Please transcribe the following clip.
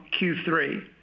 Q3